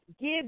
give